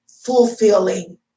fulfilling